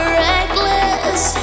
reckless